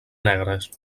negres